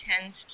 tends